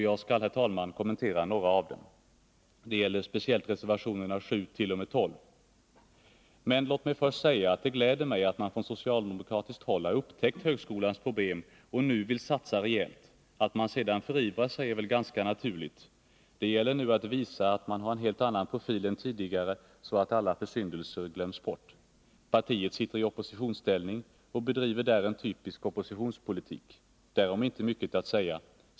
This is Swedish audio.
Jag skall, herr talman, kommentera några av dem. Det gäller speciellt reservationerna 7—12. Men låt mig först säga att det gläder mig att man från socialdemokratiskt håll har upptäckt högskolans problem och nu vill satsa rejält. Att man sedan förivrar sig är väl ganska naturligt. Det gäller nu att visa att man har en helt annan profil än tidigare så att alla försyndelser glöms bort. Partiet sitter i oppositionsställning och bedriver där en typisk oppositionspolitik. Därom är inte mycket att säga.